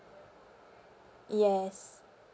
yes